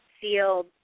sealed